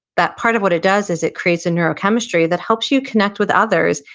that part of what it does is it creates a neurochemistry that helps you connect with others,